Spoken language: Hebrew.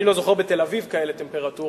אני לא זוכר בתל-אביב כאלה טמפרטורות,